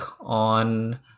on